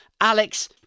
alex